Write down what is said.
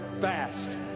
fast